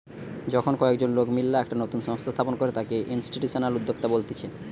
যখন কয়েকজন লোক মিললা একটা নতুন সংস্থা স্থাপন করে তাকে ইনস্টিটিউশনাল উদ্যোক্তা বলতিছে